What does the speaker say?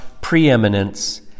preeminence